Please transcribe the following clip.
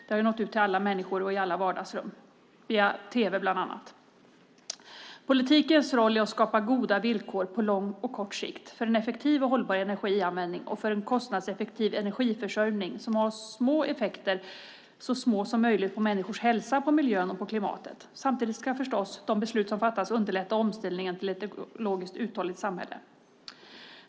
Det har nått ut till alla människor och alla vardagsrum genom tv bland annat. Politikens roll är att skapa goda villkor på lång och på kort sikt för en effektiv och hållbar energianvändning och för en kostnadseffektiv energiförsörjning som har så små effekter som möjligt på människors hälsa, på miljön och på klimatet. Samtidigt ska förstås de beslut som fattas underlätta omställningen till ett ekologiskt uthålligt samhälle.